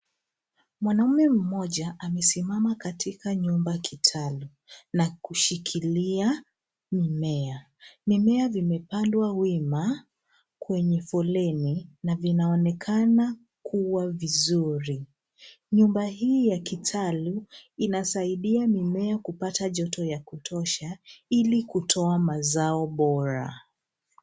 Mwanamume mmoja amesimama katika nyumba kitalu na kushikilia mimea. Mimea vimepandwa wima kwenye foleni na vinaonekana kuwa vizuri. Nyumba hii ya kitalu inasaidia mimea kupata joto ya kutosha ili kutoa mazao bora.